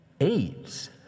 AIDS